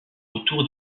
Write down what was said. autour